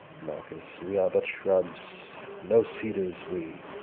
marcus, we are but shrubs, no cedars we,